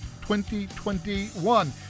2021